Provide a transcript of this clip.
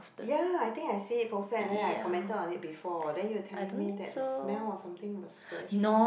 ya I think I see it posted and then I commented on it before and then you were telling me that the smell or something is very strong